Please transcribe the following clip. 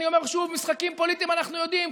ואני אומר שוב: משחקים פוליטיים אנחנו יודעים,